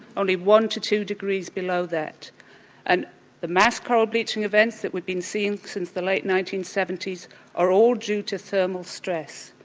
only one to two degrees below that and the mass coral bleaching events that we have been seeing since the late nineteen seventy s are all due to thermal stress.